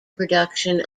production